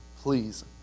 please